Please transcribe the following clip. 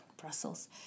Brussels